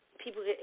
People